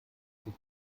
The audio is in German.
sich